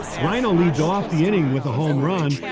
ryno leads off the inning with a home run,